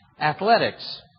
athletics